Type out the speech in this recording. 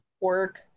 work